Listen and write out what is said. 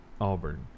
Auburn